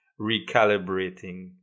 recalibrating